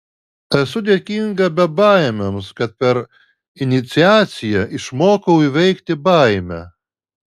esu dėkinga bebaimiams kad per iniciaciją išmokau įveikti baimę